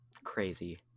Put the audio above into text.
crazy